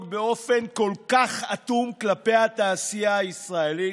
באופן כל כך אטום כלפי התעשייה הישראלית,